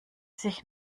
sich